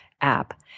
app